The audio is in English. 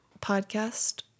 podcast